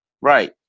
right